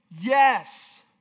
Yes